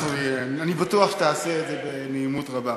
אני בטוח שתעשה את זה בנעימות רבה.